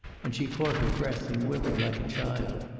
and she caught her breath and whimpered like a child.